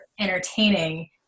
entertaining